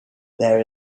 there